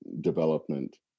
development